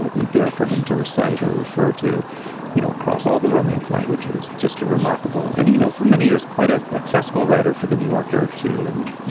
ah there for him to recite or refer to know across all the romance languages. just a remarkable and you know, for many years, quite a accessible writer for the new yorker, too. i mean,